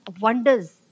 wonders